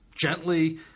gently